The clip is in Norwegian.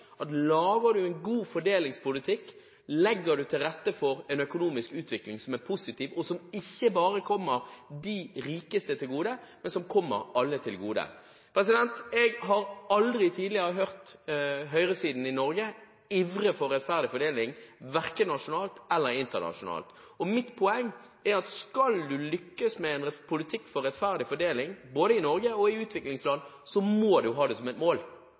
man lager en god fordelingspolitikk, legger man til rette for en økonomisk utvikling som er positiv og som ikke bare kommer de rikeste til gode, men som kommer alle til gode. Jeg har aldri tidligere hørt høyresiden i Norge ivre for rettferdig fordeling, verken nasjonalt eller internasjonalt. Mitt poeng er at om man skal lykkes med en politikk for rettferdig fordeling, både i Norge og i utviklingsland, må man ha det som et mål.